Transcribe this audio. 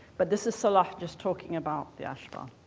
but this is salah just talking about the ashbal.